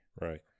Right